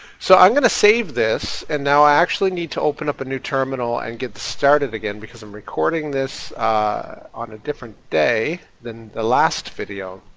so i'm going to save this, and now i actually need to open up a new terminal and get started again because i'm recording this on a different day than the last video.